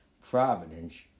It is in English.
providence